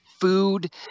food